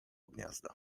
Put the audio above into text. gniazda